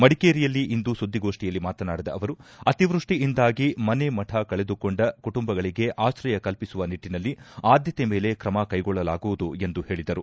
ಮಡಿಕೇರಿಯಲ್ಲಿ ಇಂದು ಸುದ್ದಿಗೋಷ್ಠಿಯಲ್ಲಿ ಮಾತನಾಡಿದ ಅವರು ಅತಿವೃಷ್ಷಿಯಿಂದಾಗಿ ಮನೆ ಮಠ ಕಳೆದುಕೊಂಡ ಕುಟುಂಬಗಳಿಗೆ ಆಶ್ರಯ ಕಲ್ಪಿಸುವ ನಿಟ್ಟನಲ್ಲಿ ಆದ್ಯತೆ ಮೇಲೆ ಕ್ರಮಕೈಗೊಳ್ಳಲಾಗುವ್ದದು ಎಂದು ಹೇಳಿದರು